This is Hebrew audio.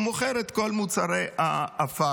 הוא מוכר את כל מוצרי הפארמה.